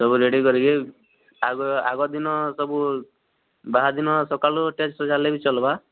ସବୁ ରେଡ଼ି କରିକି ଆଗ ଆଗ ଦିନ ସବୁ ବାହାଘର ଦିନ ସକାଳୁ ଟେଣ୍ଟ ସଜା ହେଲେ ବି ଚଲବା